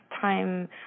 time